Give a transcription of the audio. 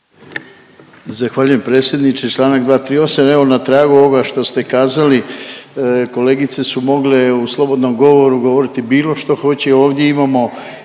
Zahvaljujem predsjedniče. Članak 238. Evo na tragu ovoga što ste kazali kolegice su mogle u slobodnom govoru govoriti bilo što hoće. Ovdje imamo